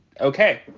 Okay